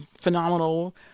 phenomenal